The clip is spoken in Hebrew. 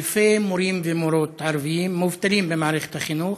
אלפי מורים ומורות ערבים מובטלים במערכת החינוך.